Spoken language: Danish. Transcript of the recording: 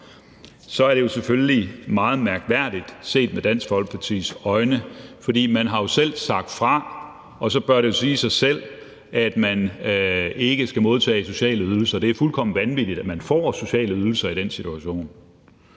så er det selvfølgelig meget mærkværdigt set med Dansk Folkepartis øjne. Man har jo selv sagt fra, og så bør det sige sig selv, at man ikke skal modtage sociale ydelser. Det er fuldkommen vanvittigt, at man får sociale ydelser i den situation.